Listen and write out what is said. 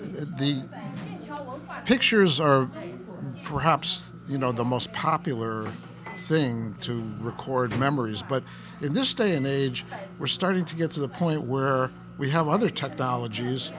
the pictures are perhaps you know the most popular thing to record memories but in this day and age we're starting to get to the point where we have other technologies